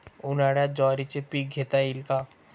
उन्हाळ्यात ज्वारीचे पीक घेता येईल का?